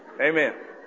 Amen